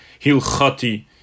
hilchati